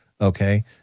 okay